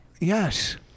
Yes